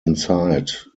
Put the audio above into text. inside